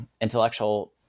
intellectual